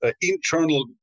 internal